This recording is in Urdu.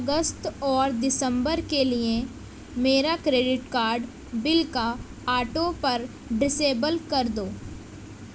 اگست اور دسمبر کے لیے میرا کریڈٹ کارڈ بل کا آٹو پر ڈزیبل کر دو